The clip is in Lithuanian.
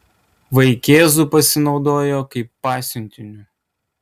vaikėzu pasinaudojo kaip pasiuntiniu